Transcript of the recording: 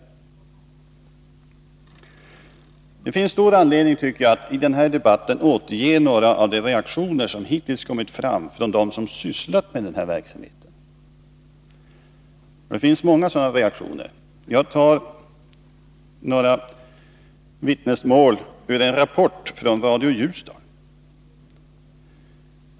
Jag tycker att det finns stor anledning att i denna debatt återge några av de reaktioner som hittills kommit fram från dem som har sysslat med den här verksamheten. Det finns många sådana reaktioner, och jag tar fram några vittnesmål ur en rapport från Radio Ljusdal.